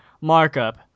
markup